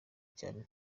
cyane